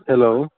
hello